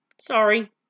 Sorry